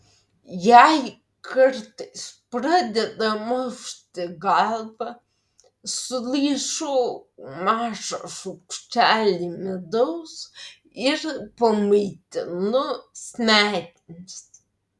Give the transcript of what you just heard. jei kartais pradeda mausti galvą sulaižau mažą šaukštelį medaus ir pamaitinu smegenis